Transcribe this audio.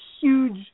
huge